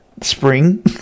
spring